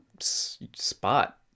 spot